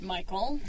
Michael